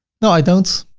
no, i don't.